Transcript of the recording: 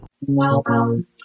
Welcome